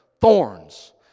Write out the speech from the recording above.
thorns